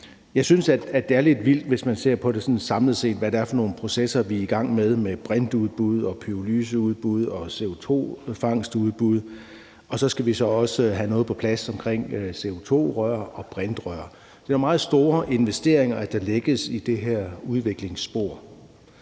jeg synes, at det er lidt vildt, hvis man sådan samlet set ser på, hvad det er for nogle processer, vi er i gang med, med brintudbud, pyrolyseudbud og CO2-fangstudbud, og så skal vi også have noget på plads omkring CO2-rør og brintrør. Det er nogle meget store investeringer, der lægges i det her udviklingsspor.